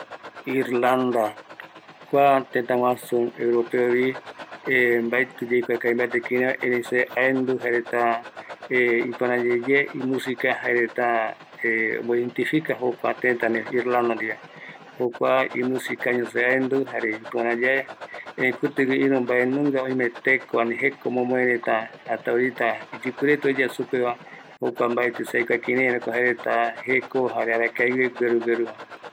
Irlanda pegua reta jaeko öi ma imusika no, danza jare literatura, mito jare leyenda jokua reta celtano jare iru mbae mbae reta guɨnoi kirai jaereta guɨnoi oyembotuisa pɨpe reta jaeko kirai jae kirai omboresive iruva reta jare kirai jaereta oyemboje ïru vareta jovai